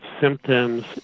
symptoms